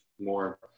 more